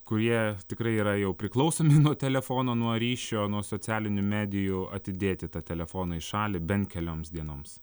kurie tikrai yra jau priklausomi nuo telefono nuo ryšio nuo socialinių medijų atidėti tą telefoną į šalį bent kelioms dienoms